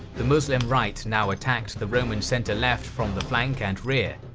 the muslim right now attacked the roman center left from the flank and rear.